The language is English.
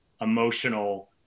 emotional